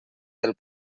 del